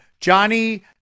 Johnny